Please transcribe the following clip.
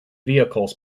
vehicles